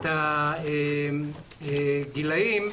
הגילאים.